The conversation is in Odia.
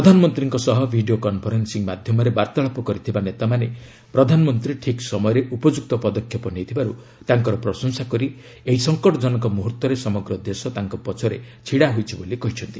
ପ୍ରଧାନମନ୍ତ୍ରୀଙ୍କ ସହ ଭିଡ଼ିଓ କନଫରେନ୍ବିଂ ମାଧ୍ୟମରେ ବାର୍ତ୍ତାଳାପ କରିଥିବା ନେତାମାନେ ପ୍ରଧାନମନ୍ତ୍ରୀ ଠିକ୍ ସମୟରେ ଉପଯୁକ୍ତ ପଦକ୍ଷେପ ନେଇଥିବାରୁ ତାଙ୍କର ପ୍ରଶଂସା କରି ଏହି ସଂକଟଜନକ ମୁହୂର୍ତ୍ତରେ ସମଗ୍ର ଦେଶ ତାଙ୍କ ପଛରେ ଛିଡ଼ା ହୋଇଛି ବୋଲି କହିଛନ୍ତି